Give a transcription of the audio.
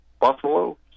Buffalo